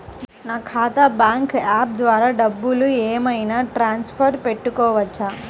నా ఖాతా bank app ద్వారా డబ్బులు ఏమైనా ట్రాన్స్ఫర్ పెట్టుకోవచ్చా?